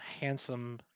handsome